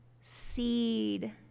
seed